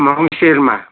मङ्सिरमा